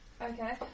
Okay